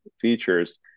Features